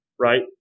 Right